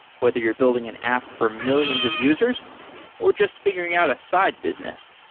whether you're building an app for millions of users or just figuring out a side business.